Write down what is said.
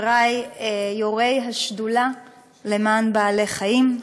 חברי יו"רי השדולה למען בעלי-חיים,